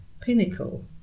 pinnacle